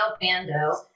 Bando